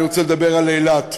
אני רוצה לדבר על אילת.